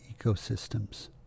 ecosystems